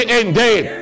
indeed